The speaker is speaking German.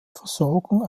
versorgung